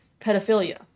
pedophilia